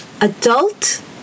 adult